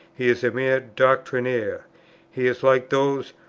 he is a mere doctrinaire he is like those,